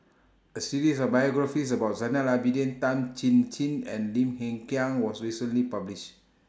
A series of biographies about Zainal Abidin Tan Chin Chin and Lim Hng Kiang was recently published